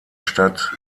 stadt